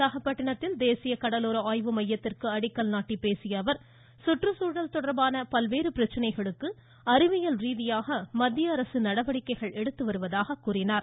விசாகப்பட்டினத்தில் தேசிய கடலோர ஆய்வு மையத்திற்கு அடிக்கல் நாட்டிப் பேசிய அவர் சுற்றுச்சூழல் தொடர்பான பல்வேறு பிரச்சனைகளுக்கு அறிவியல் ரீதியாக மத்திய அரசு நடவடிக்கைகள் எடுத்து வருவதாக கூறினார்